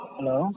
Hello